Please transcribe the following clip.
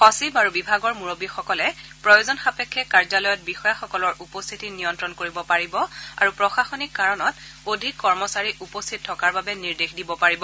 সচিব আৰু বিভাগৰ মুৰববীসকলে প্ৰয়োজন সাপেক্ষে কাৰ্যালয়ত বিষয়াসকলৰ উপস্থিতি নিয়ন্ত্ৰণ কৰিব পাৰিব আৰু প্ৰশাসনিক কাৰণত অধিক কৰ্মচাৰী উপস্থিত থকাৰ বাবে নিৰ্দেশ দিব পাৰিব